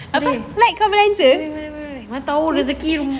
apa flight kau belanja